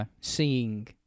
seeing